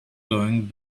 going